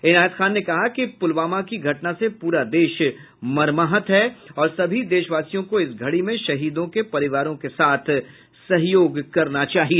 इनायत खान ने कहा कि पूलवामा की घटना से पूरा देश मर्माहत है और सभी देशवासियों को इस घड़ी में शहीदों के परिवारों के साथ सहयोग करना चाहिए